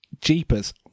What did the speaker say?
jeepers